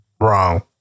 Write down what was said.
Wrong